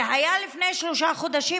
זה היה לפני שלושה חודשים.